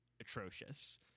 atrocious